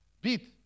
beat